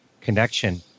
connection